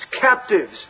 captives